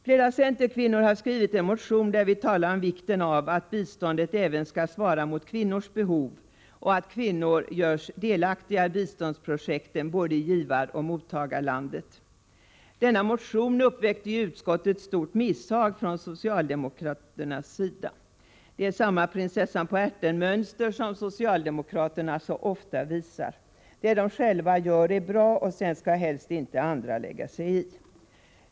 Flera centerkvinnor har skrivit en motion där vi talar om vikten av att biståndet även skall svara mot kvinnors behov och att kvinnor görs delaktiga i biståndsprojekten i både givaroch mottagarlandet. Denna motion uppväckte i utskottet stort misshag från socialdemokraternas sida. Det är samma prinsessan-på-ärten-mönster som socialdemokraterna så ofta visar. Det de själva gör är bra, sedan skall helst inte andra lägga sig i.